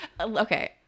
Okay